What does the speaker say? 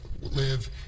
live